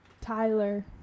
Tyler